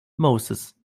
moses